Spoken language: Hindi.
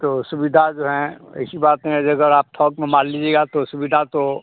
तो सुविधा जो हैं ऐसी बात नहीं है जो अगर आप थोक में माल लीजिएगा तो सुविधा तो